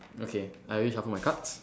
okay I already shuffle my cards